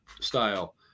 style